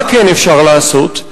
מה כן אפשר לעשות?